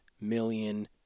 million